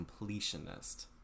Completionist